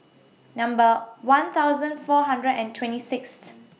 Number one thousand four hundred and twenty Sixth